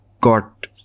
got